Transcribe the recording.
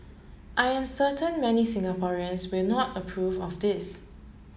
I'm certain many Singaporeans will not approve of this